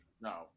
No